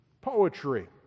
poetry